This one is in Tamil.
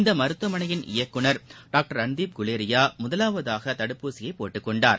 இந்த மருத்துவமனையின் இயக்குநர் டாக்டர் ரன்தீப் குலேரியா முதவாவதாக தடுப்பூசியை போட்டுக் கொண்டார்